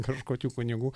kažkokių kunigų